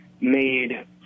made